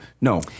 No